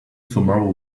tomorrow